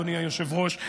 אדוני היושב-ראש,